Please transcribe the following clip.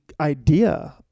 idea